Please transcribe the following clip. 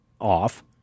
off